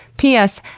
p s.